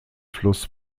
fluss